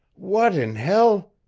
what in hell!